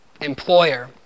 employer